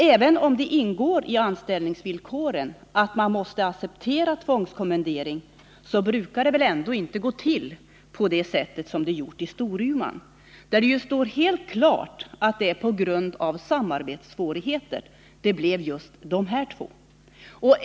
Även om det ingår i anställningsvillkoren att man måste acceptera tvångskommendering, brukar det väl ändå inte gå till på det sätt som det gjort i Storuman, där det står klart att det är på grund av samarbetssvårigheter som det blev just dessa två.